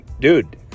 Dude